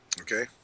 Okay